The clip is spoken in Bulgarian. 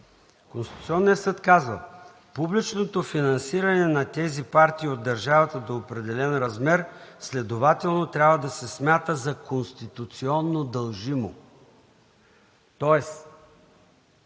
Конституционният съд казва: „Публичното финансиране на тези партии от държавата до определен размер, следователно трябва да се смята за конституционно дължимо.“ Тоест